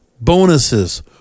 bonuses